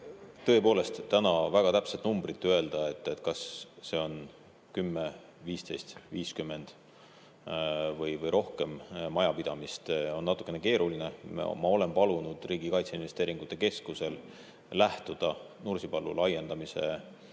tõepoolest, täna väga täpset numbrit öelda, kas see on 10, 15, 50 või rohkem majapidamist, on natukene keeruline. Ma olen palunud Riigi Kaitseinvesteeringute Keskusel lähtuda Nursipalu laiendamise